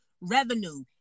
revenue